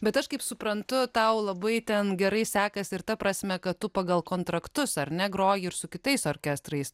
bet aš kaip suprantu tau labai ten gerai sekasi ir ta prasme kad tu pagal kontraktus ar ne groji ir su kitais orkestrais